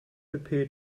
appeared